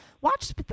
watch